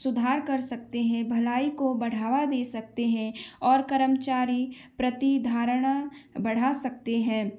सुधार कर सकते हैं भलाई को बढ़ावा दे सकते हैं और कर्मचारी प्रतिधारणा बढ़ा सकते हैं